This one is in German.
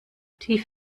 tief